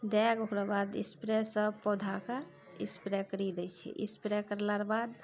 दऽके ओकराबाद इसप्रे सब पौधाके करि दै छिए करला रऽ बाद